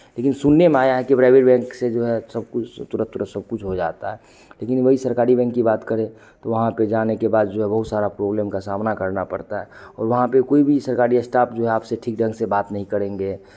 लेकिन सुनने में आया है कि प्राइवेट बैंक से जो है सब कुछ तुरत तुरत सब कुछ हो जाता है लेकिन वही सरकारी बैंक की बात करें तो वहाँ पे जाने के बाद जो है बहुत सारा प्रॉब्लम का सामना करना पड़ता है और वहाँ पे कोई भी सरकारी स्टाफ जो है आपसे ठीक ढंग से बात नहीं करेंगे